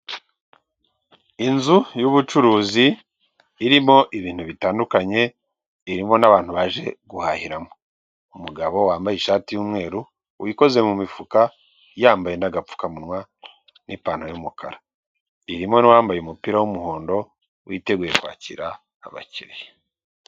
Inzu y'ubucuruzi irimo ibintu bitandukanye, irimo n'abantu baje guhahiramo, umugabo wambaye ishati y'umweru, wikoze mu mifuka yambaye n'agapfukamunwa n'ipantaro y'umukara, irimo n'uwambaye umupira w'umuhondo witeguye kwakira abakiriya.